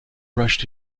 brushed